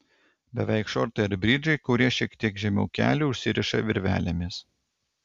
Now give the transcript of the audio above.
beveik šortai ar bridžai kurie šiek tiek žemiau kelių užsiriša virvelėmis